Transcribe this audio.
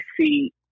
see